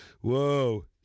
whoa